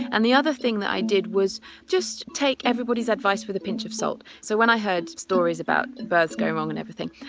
and the other thing that i did was just take everybody's advice with a pinch of salt, so when i heard stories about births going wrong and everything,